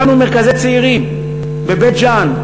הקמנו מרכזי צעירים בבית-ג'ן,